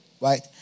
right